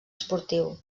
esportiu